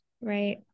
Right